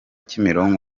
kimironko